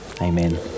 Amen